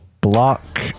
Block